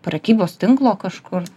prekybos tinklo kažkur